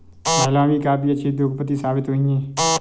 महिलाएं भी काफी अच्छी उद्योगपति साबित हुई हैं